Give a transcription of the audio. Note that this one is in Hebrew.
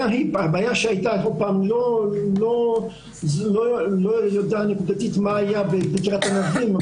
אני לא יודע נקודתית מה היה בקריית ענבים.